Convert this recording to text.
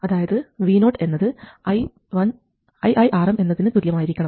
അതായത് VO എന്നത് iiRm എന്നതിന് തുല്യമായിരിക്കണം